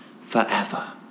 forever